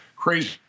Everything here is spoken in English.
Crazy